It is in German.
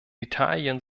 italien